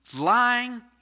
lying